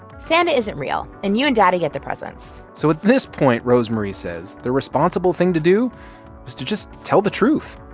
santa isn't real, and you and daddy get the presents so at this point, rosemarie says the responsible thing to do is to just tell the truth,